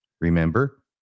remember